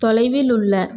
தொலைவில் உள்ள